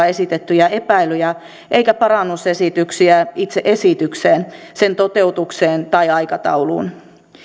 esitettyjä epäilyjä eikä parannusesityksiä itse esitykseen sen toteutukseen tai aikatauluun